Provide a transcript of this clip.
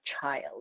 child